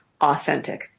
authentic